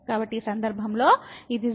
కాబట్టి ఈ సందర్భంలో ఇది 0